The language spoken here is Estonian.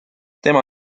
tema